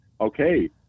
okay